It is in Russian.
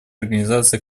организации